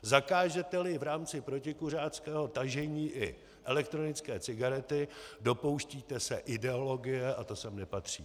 Zakážeteli v rámci protikuřáckého tažení i elektronické cigarety, dopouštíte se ideologie a to sem nepatří.